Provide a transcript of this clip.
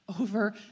over